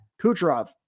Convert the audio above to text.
Kucherov